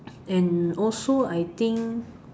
and also I think